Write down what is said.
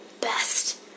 best